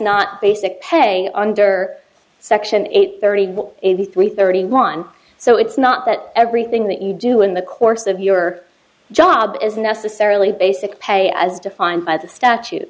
not basic pay under section eight thirty eighty three thirty one so it's not that everything that you do in the course of your job is necessarily basic pay as defined by the statu